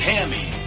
Hammy